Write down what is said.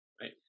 Right